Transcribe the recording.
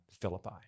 Philippi